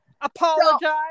apologize